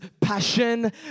passion